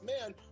man